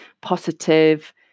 positive